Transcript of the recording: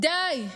די,